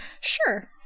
Sure